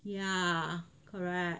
ya correct